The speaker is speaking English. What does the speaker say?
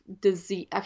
disease